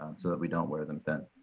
so that we don't wear them thin.